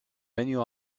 venue